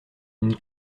une